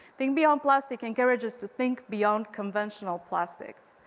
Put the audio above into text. think beyond plastic encourages to think beyond conventional plastics.